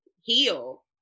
heal